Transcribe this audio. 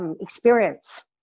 experience